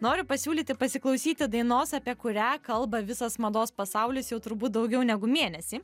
noriu pasiūlyti pasiklausyti dainos apie kurią kalba visas mados pasaulis jau turbūt daugiau negu mėnesį